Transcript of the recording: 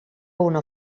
una